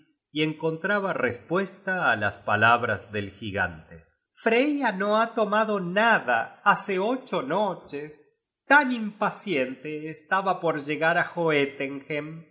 y encontraba respuesta á las palabras del gigante freya no ha tomado nada hace ocho noches tan impaciente estaba por llegar á